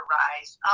rise